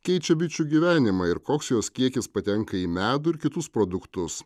keičia bičių gyvenimą ir koks jos kiekis patenka į medų ir kitus produktus